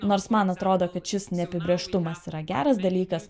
nors man atrodo kad šis neapibrėžtumas yra geras dalykas